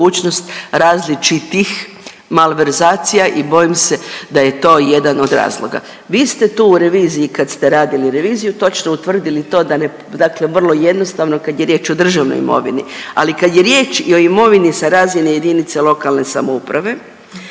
različitih malverzacija i bojim se da je to jedan od razloga. Vi ste tu u reviziji kad ste radili reviziju točno utvrdili to da ne, dakle vrlo jednostavno kad je riječ o državnoj imovini, ali kad je riječ i o imovini sa razine jedinice lokalne samouprave